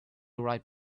right